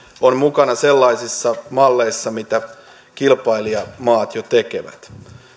on mukana sellaisissa malleissa mitä kilpailijamaat jo tekevät